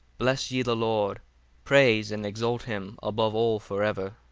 bless ye the lord praise and exalt him above all for ever.